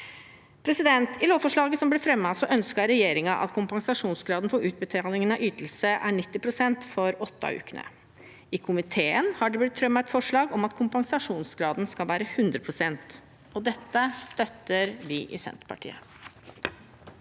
som mor. I lovforslaget som ble fremmet, ønsket regjeringen at kompensasjonsgraden for utbetaling av ytelse skulle være 90 pst. for åtte av ukene. I komiteen er det blitt fremmet et forslag om at kompensasjonsgraden skal være 100 pst. Dette støtter vi i Senterpartiet.